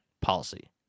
policy